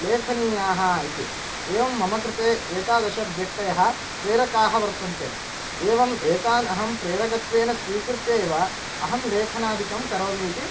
लेखनीयाः इति एवं मम कृते एतादृशव्यक्तयः प्रेरकाः वर्तन्ते एवम् एतान् अहं प्रेरकत्वेन स्वीकृत्य एव अहं लेखनादिकं करोमि इति